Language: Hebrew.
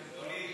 רבותי,